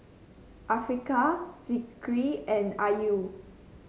Afiqah Zikri and Ayu